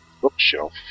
bookshelf